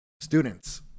students